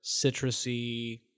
citrusy